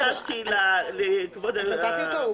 קיבלנו.